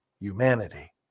humanity